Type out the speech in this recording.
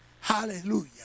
Hallelujah